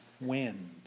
wind